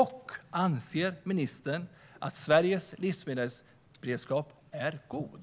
Och anser ministern att Sveriges livsmedelsberedskap är god?